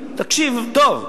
תקשיב טוב,